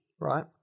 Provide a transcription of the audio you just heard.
right